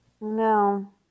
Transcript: No